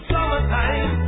Summertime